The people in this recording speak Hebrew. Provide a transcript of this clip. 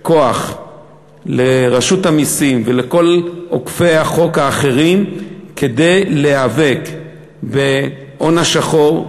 כוח לרשות המסים ולכל אוכפי החוק האחרים כדי להיאבק בהון השחור,